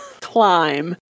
climb